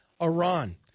Iran